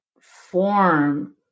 form